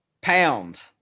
Pound